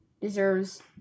deserves